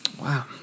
Wow